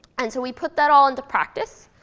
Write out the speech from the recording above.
and so we put that all into practice.